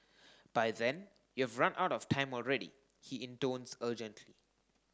by then you've run out of time already he intones urgently